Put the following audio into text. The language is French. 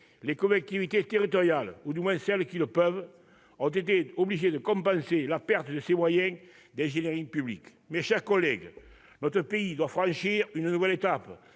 Les collectivités territoriales, du moins celles qui le peuvent, ont été obligées de compenser la perte de ces moyens d'ingénierie publique. Mes chers collègues, notre pays doit franchir une nouvelle étape